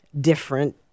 different